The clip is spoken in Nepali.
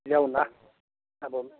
ल्याउँला अब